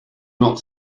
not